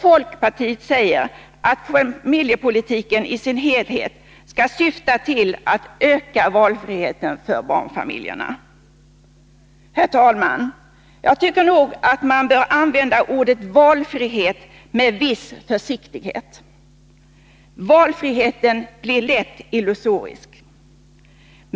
Folkpartiet anser att familjepolitiken i sin helhet skall syfta till att öka valfriheten för barnfamiljerna. Herr talman! Jag tycker nog att man bör använda ordet valfrihet med viss försiktighet. ”Valfriheten” blir lätt illusorisk.